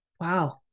Wow